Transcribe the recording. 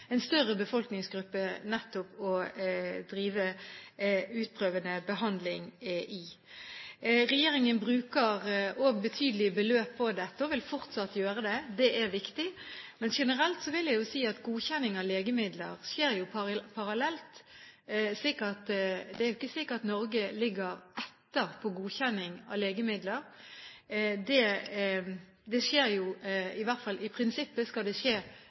en større befolkningsgruppe nettopp å drive utprøvende behandling på. Regjeringen bruker betydelige beløp på dette og vil fortsatt gjøre det. Det er viktig. Men generelt vil jeg si at godkjenning av legemidler skjer parallelt. Det er ikke slik at Norge ligger etter når det gjelder godkjenning av legemidler. I prinsippet skal det skje